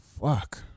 Fuck